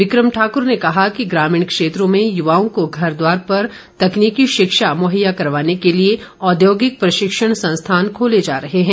विक्रम ठाक्र ने कहा कि ग्रामीण क्षेत्रों में युवाओं को घर द्वार पर तकनीकी शिक्षा मुहैया करवाने के लिए औद्योगिक प्रशिक्षण संस्थान खोले जा रहे हैं